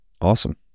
Awesome